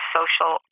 social